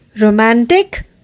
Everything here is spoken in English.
romantic